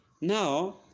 now